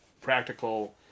practical